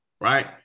right